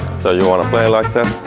so you want to play like that?